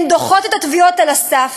הן דוחות את התביעות על הסף,